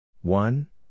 one